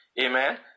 Amen